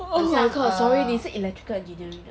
sorry 你是 electrical engineering ah